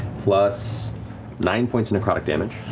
plus nine points of necrotic damage.